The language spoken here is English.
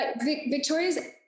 Victoria's